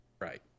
Right